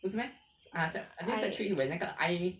I